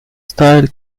style